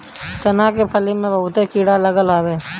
चना के फली में बहुते कीड़ा लागत हवे